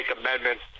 amendments